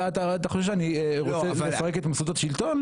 אתה חושב שאני רוצה לפרק את מוסדות השלטון?